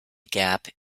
gap